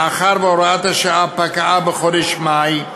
מאחר שהוראת השעה פקעה בחודש מאי,